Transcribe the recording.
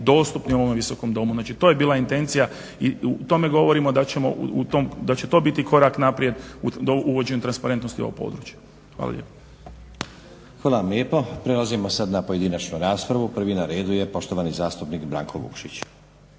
dostupni u ovome Visokom domu. Znači, to je bila intencija i o tome govorimo da će to biti korak naprijed u uvođenju transparentnosti u ovo područje. Hvala lijepo. **Stazić, Nenad (SDP)** Hvala vam lijepo. Prelazimo sad na pojedinačnu raspravu. Prvi na redu je poštovani zastupnik Branko Vukšić.